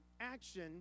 action